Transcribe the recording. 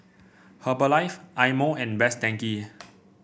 Herbalife Eye Mo and Best Denki